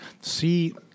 see